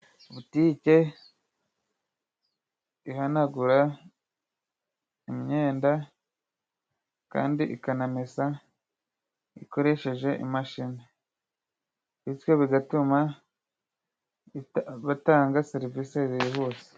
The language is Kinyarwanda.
Butike ihanagura imyenda, kandi ikanamesa ikoresheje imashini ,bityo bigatuma batanga serivisi zihuse.